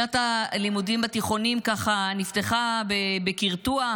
שנת הלימודים בתיכונים ככה נפתחה בקרטוע,